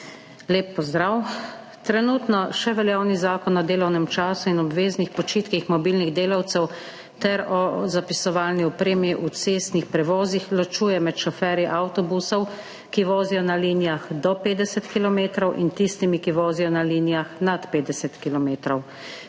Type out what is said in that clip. Lep pozdrav! Trenutno še veljavni Zakon o delovnem času in obveznih počitkih mobilnih delavcev ter o zapisovalni opremi v cestnih prevozih ločuje med šoferji avtobusov, ki vozijo na linijah do 50 kilometrov, in tistimi, ki vozijo na linijah nad 50